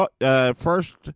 first